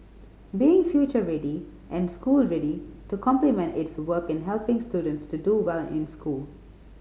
being future ready and school ready to complement its work in helping students to do well in school